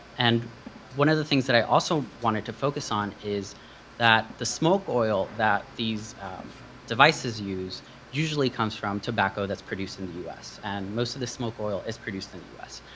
and one of the things that i also wanted to focus on is that the smoke oil that these devices use usually comes from tobacco that's produced in the us, and most of the smoke oil is produced in the us.